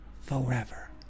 forever